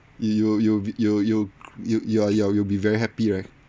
you'll you'll you'll you'll c~ you'll ya you'll be very happy right